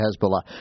Hezbollah